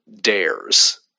dares